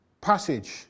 passage